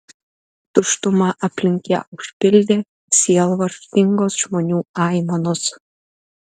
tuštumą aplink ją užpildė sielvartingos žmonių aimanos